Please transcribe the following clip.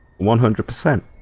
one hundred percent